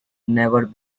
never